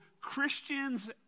Christians